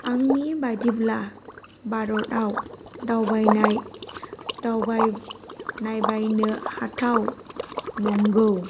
आंनि बादिब्ला भारतआव दावबाय नायबायनो हाथाव नंगौ